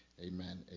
Amen